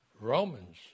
Romans